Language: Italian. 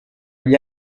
agli